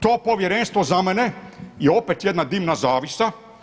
To povjerenstvo za mene je opet jedna dimna zavjesa.